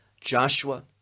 Joshua